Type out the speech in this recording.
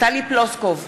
טלי פלוסקוב,